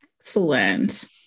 excellent